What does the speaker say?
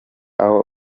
aho